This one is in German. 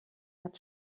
hat